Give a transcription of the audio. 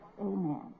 Amen